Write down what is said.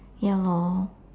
ya lor